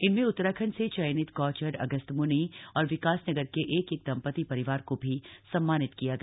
इनमें उत्तराखंड से चयनित गौचर अगस्तमुनि और विकासनगर के एक एक दंपति परिवार को भी सम्मानित किया गया